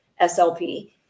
SLP